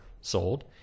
sold